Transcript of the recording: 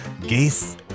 Geese